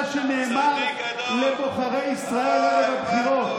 זה מה שנאמר לבוחרי ישראל ערב בחירות.